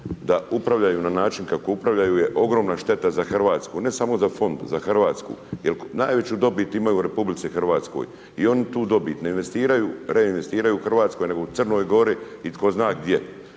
da upravljaju na način kako upravljaju je ogromna šteta za Hrvatsku, ne samo za fond, za Hrvatsku jer najveću dobit imaju u RH i oni tu dobit ne investiraju, reinvestiraju u Hrvatskoj nego u Crnoj Gori i tko zna gdje.